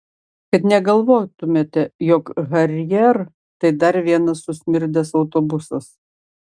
kad negalvotumėte jog harrier tai dar vienas susmirdęs autobusas